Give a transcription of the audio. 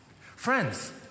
Friends